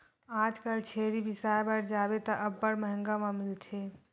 आजकल छेरी बिसाय बर जाबे त अब्बड़ मंहगा म मिलथे